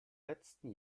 letzten